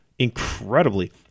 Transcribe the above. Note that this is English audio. incredibly